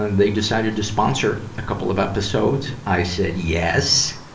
and they decided to sponsor a couple of episodes. i said yes.